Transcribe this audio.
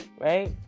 right